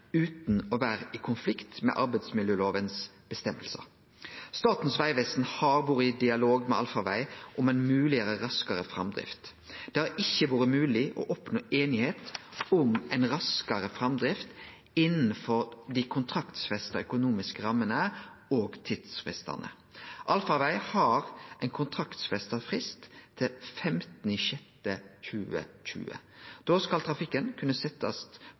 utan å kome i konflikt med føresegnene i arbeidsmiljølova. Statens vegvesen har vore i dialog med Allfarveg om ei mogleg raskare framdrift. Det har ikkje vore mogleg å oppnå einigheit om raskare framdrift innanfor dei kontraktfesta økonomiske rammene og tidsfristane. Allfarveg har ein kontraktfesta frist til 15. juni 2020. Da skal trafikken kunne